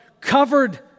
covered